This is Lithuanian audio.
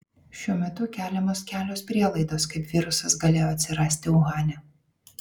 šiuo metu keliamos kelios prielaidos kaip virusas galėjo atsirasti uhane